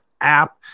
app